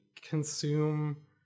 consume